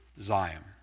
Zion